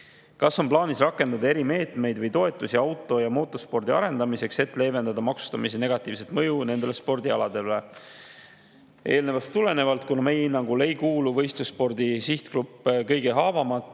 Kas on plaanis rakendada erimeetmeid või toetusi auto- ja motospordi arendamiseks, et leevendada maksustamise negatiivset mõju nendele spordialadele? Kuna meie hinnangul ei kuulu võistlusspordi sihtgrupp kõige haavatavamate